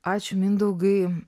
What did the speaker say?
ačiū mindaugai